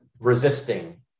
resisting